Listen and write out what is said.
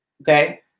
Okay